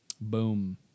Boom